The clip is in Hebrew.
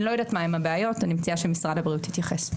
אני לא יודעת מה הן הבעיות ואני מציעה שמשרד הבריאות יתייחס.